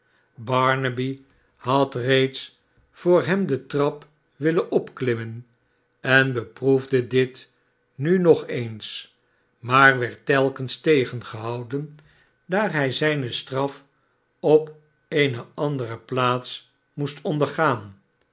overigebarnaby had reeds voor hem de trap willen opklimmen en beproefde dit nu nog eens maar werd telkens tegengehouden daar hi zijne straf op eene andere plaats moest ondergaan